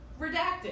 Redacted